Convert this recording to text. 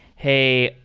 hey,